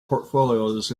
portfolios